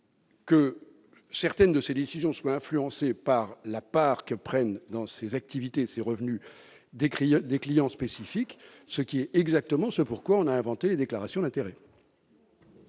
que certaines de ses décisions soient influencées par la part que prennent, dans ses activités et revenus, des clients spécifiques, raison pour laquelle on a précisément inventé les déclarations d'intérêts.